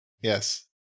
Yes